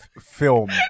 film